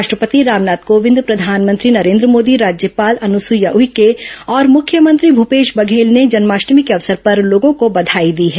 राष्ट्रपति रामनाथ कोविंद प्रधानमंत्री नरेन्द्र मोदी राज्यपाल अनुसुईया उइके और मुख्यमंत्री भूपेश बघेल ने जन्माष्टमी के अवसर पर लोगों को बघाई दी है